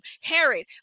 Herod